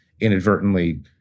inadvertently